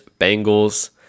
Bengals